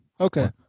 Okay